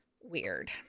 weird